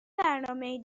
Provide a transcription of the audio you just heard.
برنامهای